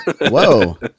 Whoa